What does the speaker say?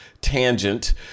tangent